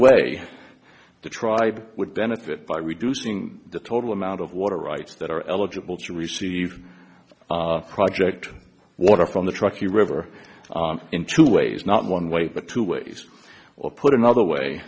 way the tribe would benefit by reducing the total amount of water rights that are eligible to receive project water from the truckee river in two ways not one way but two ways or put another way